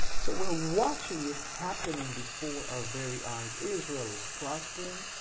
so we're watching it happening before our very eyes. israel is prospering.